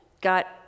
got